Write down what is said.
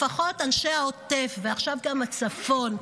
לפחות אנשי העוטף, ועכשיו גם הצפון,